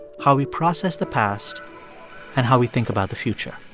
how we process the past and how we think about the future